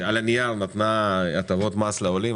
שעל הנייר נתנה הטבות מס לעולים,